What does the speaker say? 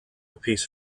piece